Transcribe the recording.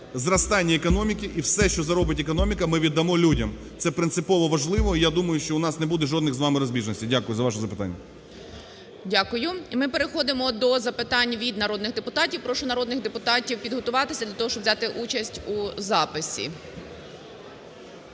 зростання економіки і все, що заробить економіка, ми віддамо людям. Це принципово важливо, і я думаю, що в нас не буде жодних з вами розбіжностей. Дякую за ваше запитання. ГОЛОВУЮЧИЙ. Дякую. Ми переходимо до запитань від народних депутатів. Прошу народних депутатів підготуватися для того, щоб взяти участь у записі.